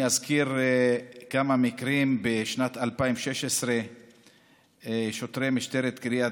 אני אזכיר כמה מקרים: בשנת 2016 שוטרי משטרת קריית